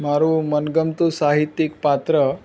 મારું મનગમતું સાહિત્યિક પાત્ર